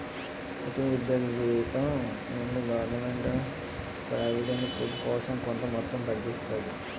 ప్రతి ఉద్యోగి జీతం నుండి గవర్నమెంట్ ప్రావిడెంట్ ఫండ్ కోసం కొంత మొత్తం తగ్గిస్తాది